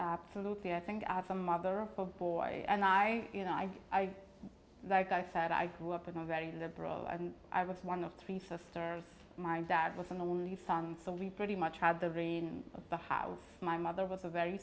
absolutely i think as a mother of four boys and i you know i i like i said i grew up in a very liberal and i was one of three sisters my dad was in the only son selene pretty much had the reins of the house my mother was a very